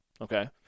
okay